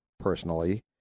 Personally